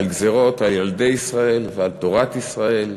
על גזירות על ילדי ישראל, ועל תורת ישראל,